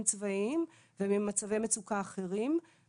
מנהלת הוועדה תבוא ותוכיח לך כמה פעמים משרד החינוך ביטל דיון